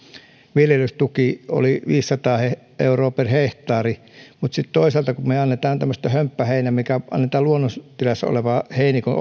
viljelystuki oli viisisataa euroa per hehtaari mutta sitten toisaalta kun me annamme tämmöisen hömppäheinän luonnontilassa olevan heinikon